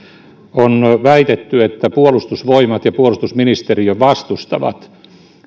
on väitetty että puolustusvoimat ja puolustusministeriö vastustavat